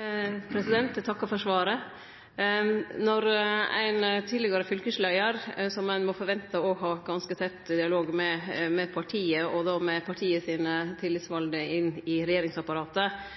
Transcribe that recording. Eg takkar for svaret. Når ein tidlegare fylkesleiar, som ein må forvente har ganske tett dialog med partiet og partiets tillitsvalde i regjeringsapparatet, går ut såpass tydeleg som Frank Willy Djuvik har gjort i